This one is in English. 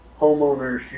homeowners